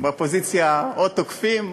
באופוזיציה או תוקפים,